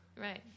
right